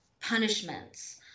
punishments